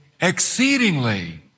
exceedingly